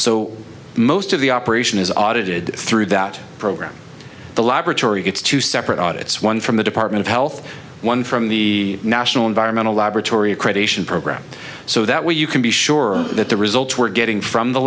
so most of the operation is audited through that program the laboratory gets two separate audits one from the department of health one from the national environmental laboratory a creation program so that we you can be sure that the results we're getting from the